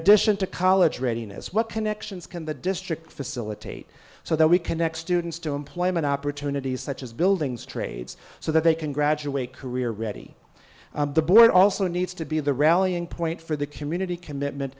addition to college readiness what connections can the district facilitate so that we connect students to employment opportunities such as buildings trades so that they can graduate career ready the board also needs to be the rallying point for the community commitment